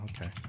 okay